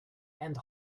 and